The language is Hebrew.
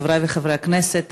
חברי חברי הכנסת,